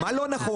מה לא נכון?